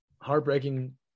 heartbreaking